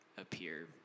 appear